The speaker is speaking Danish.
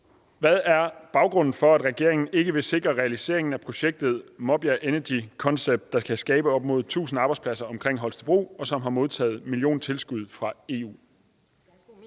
Hvad er baggrunden for, at regeringen ikke vil sikre realiseringen af projektet Maabjerg Energy Concept, der kan skabe op mod 1.000 arbejdspladser omkring Holstebro, og som har modtaget milliontilskud fra EU?